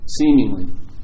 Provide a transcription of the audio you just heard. seemingly